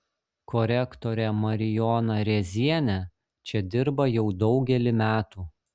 korektorė marijona rėzienė čia dirba jau daugelį metų